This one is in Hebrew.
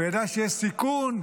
הוא ידע שיש סיכון,